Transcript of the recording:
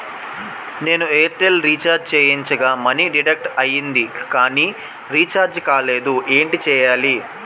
నేను Airtel recharge చేయించగా money deduct అయ్యింది కానీ రీఛార్జ్ కాలేదు ఏంటి చేయాలి?